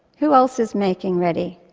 who else is making ready?